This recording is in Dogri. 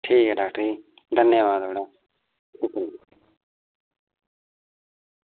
ठीक ऐ डॉक्टर जी धन्यबाद थुआढ़ा